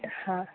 हा